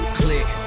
click